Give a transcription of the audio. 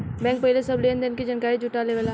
bank पहिले सब लेन देन के जानकारी जुटा लेवेला